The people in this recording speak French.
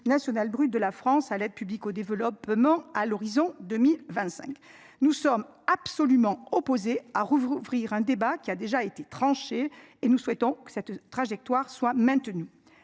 national brut de la France à l'aide publique au développement, à l'horizon 2025. Nous sommes absolument opposés à rouvrir un débat qui a déjà été tranchée et nous souhaitons que cette trajectoire soit maintenu.